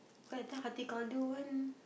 cause that time one